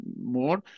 more